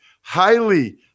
highly